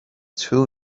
two